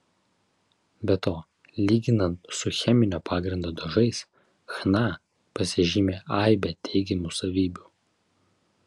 be to lyginant su cheminio pagrindo dažais chna pasižymi aibe teigiamų savybių